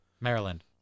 Maryland